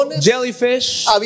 jellyfish